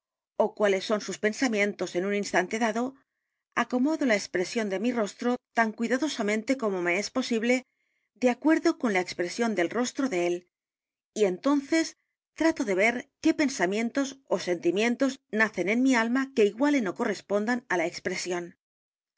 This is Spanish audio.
ó cuáles son sus pensamientos en un instante dado acomodo la expresión de mi rostro t a n cuidadosamente como me es posible de acuerdo con la expresión del rostro áe él y entonces trato de ver qué pensamientos ó sentimientos nacen en mi alma que igualen ó correspondan á la expresión